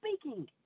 speaking